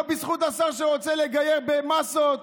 לא בזכות השר שרוצה לגייר במאסות